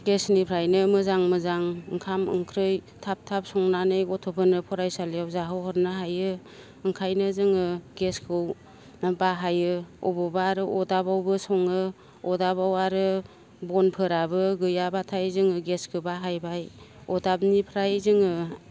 गेसनिफ्रायनो मोजां मोजां ओंखाम ओंख्रि थाब थाब संनानै गथ'फोरनो फरायसालियाव जाहो हरनो हायो ओंखायनो जोङो गेसखौ बाहायो अबावबा आरो अरदाबावबो सङो अरदाबाव आरो बनफोराबो गैयाबाथाय जोङो गेसखौ बाहायबाय अरदाबनिफ्राय जोङो